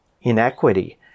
inequity